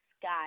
sky